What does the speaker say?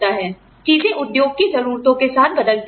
आप जानते हैं चीजें उद्योग की जरूरतों के साथ बदलती हैं